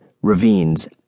ravines